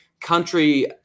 Country